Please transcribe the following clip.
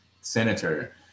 senator